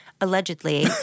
allegedly